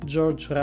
George